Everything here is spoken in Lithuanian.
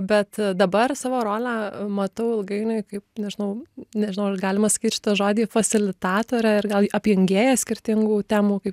bet dabar savo rolę matau ilgainiui kaip nežinau nežinau ar galima sakyt šitą žodį fasilitatorė ir gal apjungėja skirtingų temų kaip